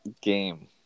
game